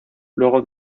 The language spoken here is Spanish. luego